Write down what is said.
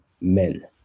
men